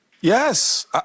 Yes